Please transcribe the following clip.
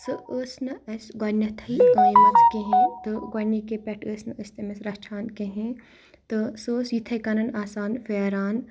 سُہ ٲسۍ نہٕ اَسہِ گۄڈنیٚتھٕے أنٛمٕژ کِہیٖنۍ تہٕ گۄڈنِکے پیٚٹھ ٲسۍ نہٕ أسۍ تٔمِس رَچھان کِہیٖنۍ تہٕ سُہ ٲسۍ یِتھَے کَنَن آسان پھیران